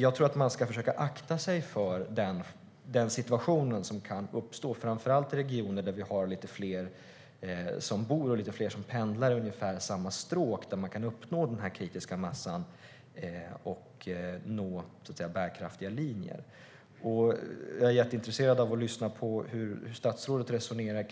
Jag tror att man ska försöka akta sig för att låta den situationen uppstå i framför allt regioner där det bor lite fler och där många pendlar på ungefär samma stråk där man kan uppnå denna kritiska massa och nå bärkraftiga linjer. Jag är jätteintresserad av att lyssna på hur statsrådet resonerar